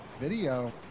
video